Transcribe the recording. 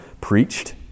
preached